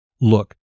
look